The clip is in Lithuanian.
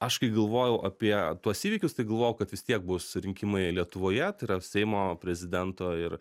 aš kai galvojau apie tuos įvykius tai galvojau kad vis tiek bus rinkimai lietuvoje tai yra seimo prezidento ir